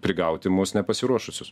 prigauti mus nepasiruošusius